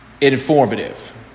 informative